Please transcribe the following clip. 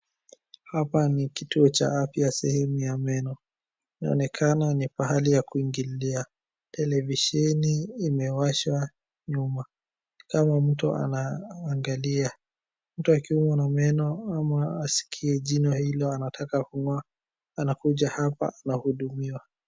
Hapa ni kituo cha afya sehemu ya meno, inaonekana ni pahali ya kuingililia, televisheni imewashwa nyuma, kama mtu anaangalia. Mtu akiumwa na meno ama asikie jino hilo anataka kung'oa anakuja hapa anahudumiwa.